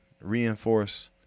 reinforce